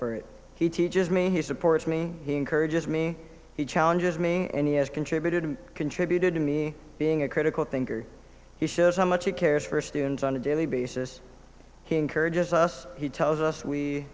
for it he teaches me he supports me he encourages me he challenges me n e s contributed and contributed to me being a critical thinker he shows how much he cares for students on a daily basis he encourages us he tells us we